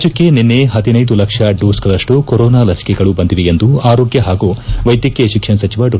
ರಾಜ್ಯಕ್ಷೆ ನಿನ್ನೆ ಪದಿನೈದು ಲಕ್ಷ ಡೋಸ್ ಗಳಷ್ಟು ಕೋರೋನಾ ಲಭಿಕೆಗಳು ಬಂದಿವೆ ಎಂದು ಆರೋಗ್ಯ ಹಾಗೂ ವೈದ್ಯಕೀಯ ಶಿಕ್ಷಣ ಸಚಿವ ಡಾ